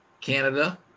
Canada